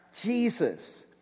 Jesus